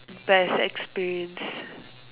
best experience